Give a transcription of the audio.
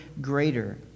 greater